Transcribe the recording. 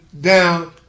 down